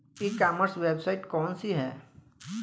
ई commerce website कौन सी है?